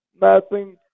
mapping